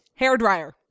Hairdryer